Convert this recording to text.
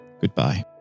goodbye